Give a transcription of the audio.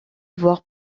avoir